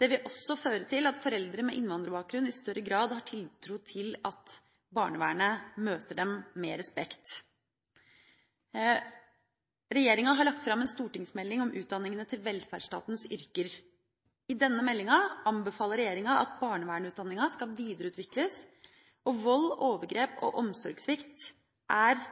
Det vil også føre til at foreldre med innvandrerbakgrunn i større grad har tiltro til at barnevernet møter dem med respekt. Regjeringa har lagt fram en stortingsmelding om utdanningene til velferdsstatens yrker. I denne meldinga anbefaler regjeringa at barnevernsutdanninga skal videreutvikles, og vold, overgrep og omsorgssvikt er